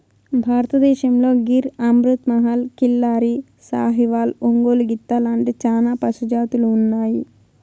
భారతదేశంలో గిర్, అమృత్ మహల్, కిల్లారి, సాహివాల్, ఒంగోలు గిత్త లాంటి చానా పశు జాతులు ఉన్నాయి